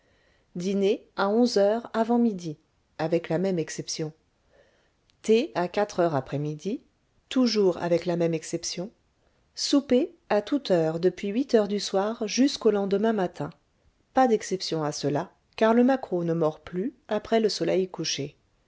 dîner à onze heures avant midi avec la même exception thé à quatre heures après midi toujours avec la même exception souper à toute heure depuis huit heures du soir jusqu'au lendemain matin pas d'exception à cela car le maquereau ne mord plus après le soleil couché